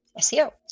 SEO